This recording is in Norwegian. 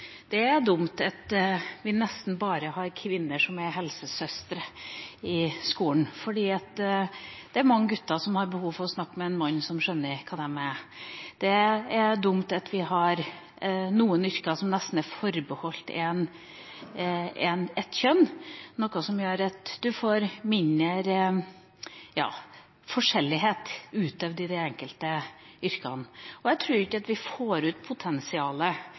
Det er dumt at vi nesten bare har kvinner som er helsesøstre i skolen, fordi det er mange gutter som har behov for å snakke med en mann som skjønner dem, det er dumt at vi har noen yrker som nesten er forbeholdt ett kjønn, noe som gjør at man får mindre forskjellighet utøvd i de enkelte yrkene. Jeg tror ikke vi får ut potensialet